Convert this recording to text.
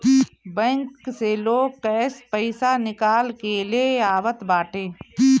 bank से लोग cash पईसा निकाल के ले आवत बाटे